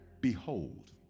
Behold